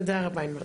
תודה רבה.